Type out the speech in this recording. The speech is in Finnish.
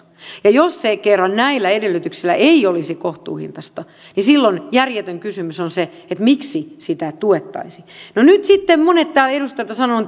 jos se ei kerran näillä edellytyksillä olisi kohtuuhintaista niin silloin järjetön kysymys on se miksi sitä tuettaisiin nyt sitten monet edustajat täällä ovat sanoneet että